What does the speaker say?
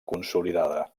consolidada